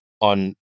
on